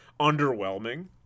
underwhelming